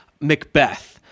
Macbeth